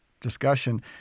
discussion